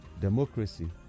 Democracy